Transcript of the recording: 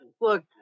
Look